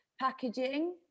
packaging